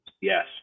yes